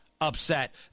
upset